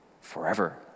Forever